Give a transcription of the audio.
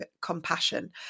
compassion